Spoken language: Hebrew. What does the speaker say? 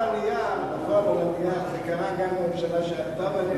על הנייר זה קרה גם בממשלה שאתה ואני היינו בה.